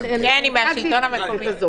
כן, היא מהשלטון המקומי.